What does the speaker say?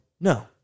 No